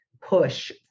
push